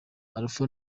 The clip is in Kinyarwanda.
alpha